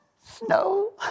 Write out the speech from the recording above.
Snow